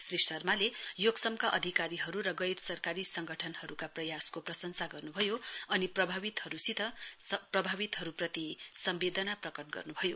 श्री शर्माले योक्समका अधिकारीहरु र गैर सरकारी संगठनहरुका प्रयासको प्रशंसा गर्नुभयो अनि प्रभावितहरुप्रति सम्वेदना प्रकट गर्नुभयो